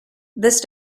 this